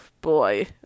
boy